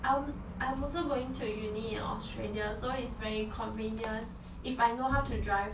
I'm I'm also going to uni in australia so it's very convenient if I know how to drive